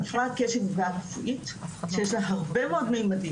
הפרעת קשב היא בעיה רפואית שיש לה הרבה מאוד ממדים